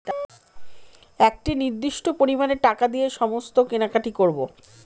একটি নির্দিষ্ট পরিমানে টাকা দিয়ে সমস্ত কেনাকাটি করবো